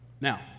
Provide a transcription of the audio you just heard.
Now